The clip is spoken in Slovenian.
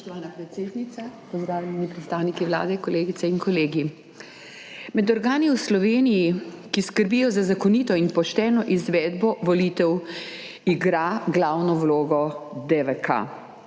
Med organi v Sloveniji, ki skrbijo za zakonito in pošteno izvedbo volitev igra glavno vlogo DVK.